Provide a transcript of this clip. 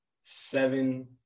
seven